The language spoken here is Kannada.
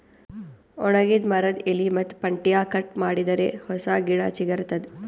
ಒಣಗಿದ್ ಮರದ್ದ್ ಎಲಿ ಮತ್ತ್ ಪಂಟ್ಟ್ಯಾ ಕಟ್ ಮಾಡಿದರೆ ಹೊಸ ಗಿಡ ಚಿಗರತದ್